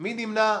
מי נמנע?